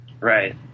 Right